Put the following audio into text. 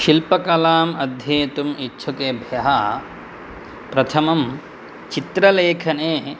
शिल्पकलाम् अध्येतुम् इच्छुकेभ्यः प्रथमं चित्रलेखने